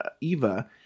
Eva